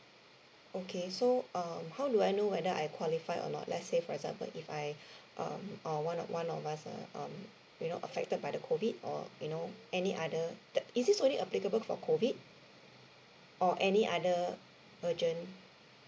okay so um how do I know whether I qualify or not let's say for example if I um are one of one of us uh um you know affected by the COVID or you know any other that is this only applicable for COVID or any other urgent